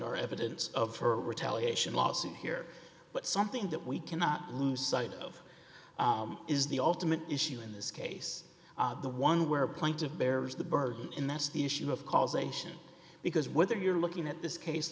or evidence of her retaliation lawsuit here but something that we cannot lose sight of is the ultimate issue in this case the one where plaintiff bears the burden in that's the issue of causation because whether you're looking at this case